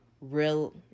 real